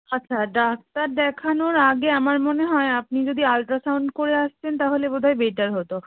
আচ্ছা ডাক্তার দেখানোর আগে আমার মনে হয় আপনি যদি আলট্রাসাউন্ড করে আসতেন তাহলে বোধহয় বেটার হতো